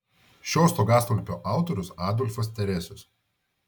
šio stogastulpio autorius adolfas teresius